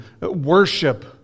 worship